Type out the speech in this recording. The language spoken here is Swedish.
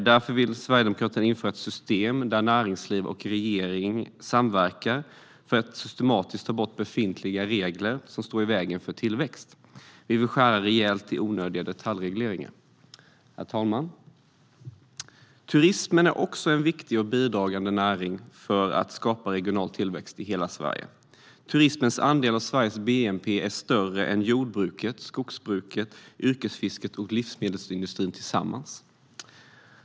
Därför vill Sverigedemokraterna införa ett system där näringsliv och regering samverkar för att systematiskt ta bort befintliga regler som står i vägen för tillväxt. Vi vill skära rejält i onödiga detaljregleringar. Herr talman! Turismen är också en viktig och bidragande näring för att skapa regional tillväxt i hela Sverige. Turismens andel av Sveriges bnp är större än jordbrukets, skogsbrukets, yrkesfiskets och livsmedelsindustrins tillsammans.